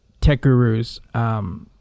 TechGurus